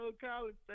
college